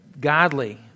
godly